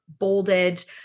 bolded